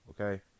okay